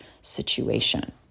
situation